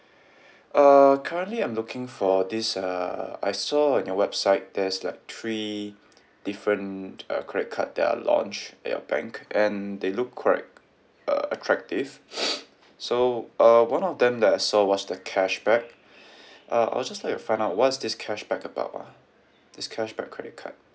uh currently I'm looking for this uh I saw on your website there's like three different uh credit card that are launched at your bank and they look quite uh attractive so uh one of them that I saw was the cashback uh I would just like to find out what's this cashback about ah this cashback credit card